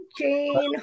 Jane